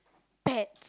pets